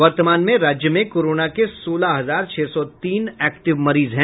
वर्तमान में राज्य में कोरोना के सोलह हजार छह सौ तीन एक्टिव मरीज हैं